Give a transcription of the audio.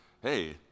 hey